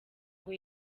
ngo